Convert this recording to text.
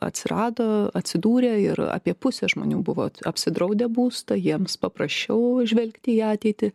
atsirado atsidūrė ir apie pusė žmonių buvo apsidraudę būstą jiems paprasčiau žvelgti į ateitį